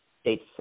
States